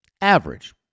Average